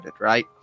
right